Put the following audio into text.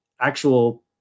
actual